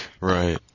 Right